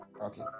Okay